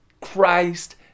Christ